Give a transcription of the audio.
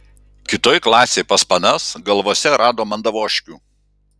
kitoj klasėj pas panas galvose rado mandavoškių